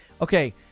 Okay